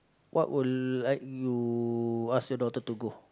what will I like you ask your daughter to go